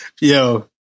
Yo